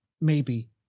maybe—